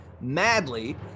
madly